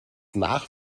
nach